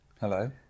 Hello